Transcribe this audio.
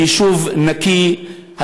היישוב נקי,